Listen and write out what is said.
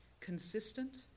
Consistent